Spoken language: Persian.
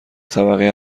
طبقه